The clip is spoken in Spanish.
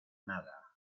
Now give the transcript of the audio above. nada